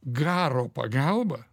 garo pagalba